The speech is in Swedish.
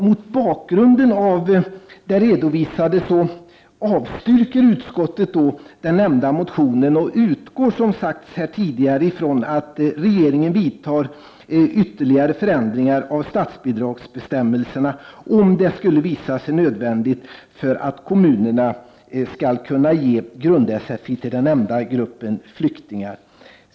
Mot bakgrund av detta avstyrker utskottet den nämnda motionen och utgår från, som sagts här tidigare, att regeringen gör ytterligare förändringar av statsbidragsbestämmelserna, om det skulle visa sig nödvändigt för att kommunerna skall kunna ge grund-sfi till den nämnda gruppen flyktingar.